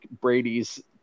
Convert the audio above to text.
Brady's